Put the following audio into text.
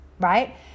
right